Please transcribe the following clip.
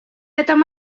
этом